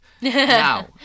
Now